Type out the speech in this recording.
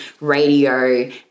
radio